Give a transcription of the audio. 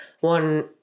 One